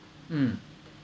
mm